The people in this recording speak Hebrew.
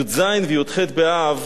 י"ז וי"ח באב